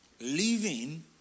Living